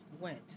went